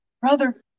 Brother